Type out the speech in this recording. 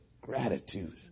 Gratitude